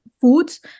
foods